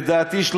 לדעתי,